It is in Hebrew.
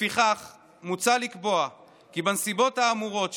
לפיכך מוצע לקבוע כי בנסיבות האמורות,